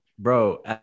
Bro